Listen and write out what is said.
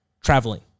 traveling